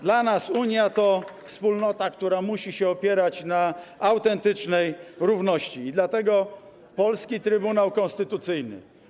Dla nas Unia to wspólnota, która musi się opierać na autentycznej równości, i dlatego polski Trybunał Konstytucyjny.